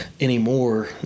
anymore